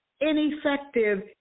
ineffective